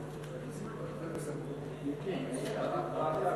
חברי הכנסת,